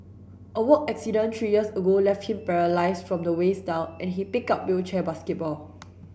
a work accident three years ago left him paralysed from the waist down and he picked up wheelchair basketball